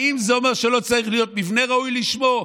האם זה אומר שלא צריך להיות מבנה ראוי לשמו?